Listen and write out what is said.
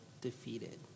defeated